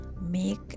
make